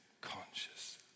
conscious